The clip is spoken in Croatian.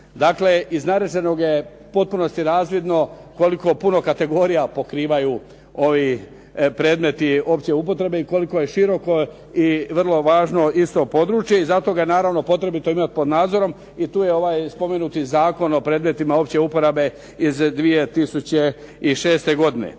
Dakle, iz navedenog je potpuno razvidno koliko puno kategorija pokrivaju ovi predmeti opće upotrebe i koliko je široko i vrlo važno isto područje. I zato ga naravno potrebito imati pod nadzorom i to je ovaj spomenuti Zakon o predmetima opće uporabe iz 2006. godine.